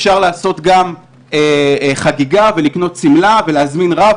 אפשר לעשות גם חגיגה ולקנות שמלה ולהזמין רב,